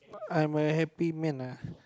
I I'm a happy man ah